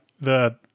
the-